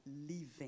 living